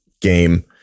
game